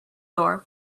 door